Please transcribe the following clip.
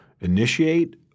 initiate